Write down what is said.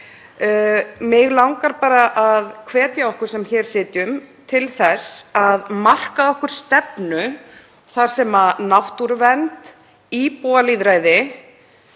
Mig langar bara að hvetja okkur sem hér sitjum til að marka okkur stefnu þar sem náttúruvernd, íbúalýðræði